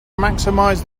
maximize